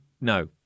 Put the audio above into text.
no